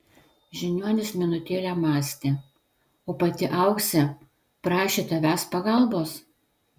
žiniuonis minutėlę mąstė o pati auksė prašė tavęs pagalbos